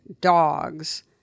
Dogs